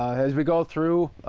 as we go through,